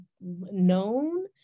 known